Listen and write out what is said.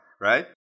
right